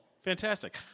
Fantastic